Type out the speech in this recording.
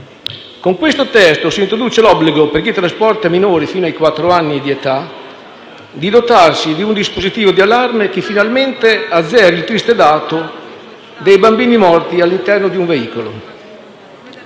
Con questo testo si introduce l'obbligo, per chi trasporta minori fino ai quattro anni di età di dotarsi di un dispositivo di allarme che finalmente azzeri il triste dato dei bambini morti perché abbandonati all'interno di un veicolo.